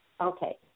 Okay